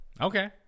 Okay